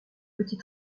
petit